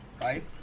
Right